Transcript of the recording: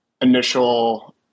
Initial